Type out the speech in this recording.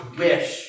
wish